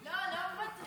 לא, לא מוותרים.